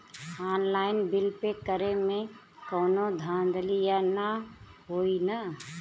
Online bill pay करे में कौनो धांधली ना होई ना?